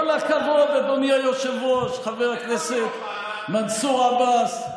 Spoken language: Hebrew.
כל הכבוד, אדוני היושב-ראש, חבר הכנסת מנסור עבאס.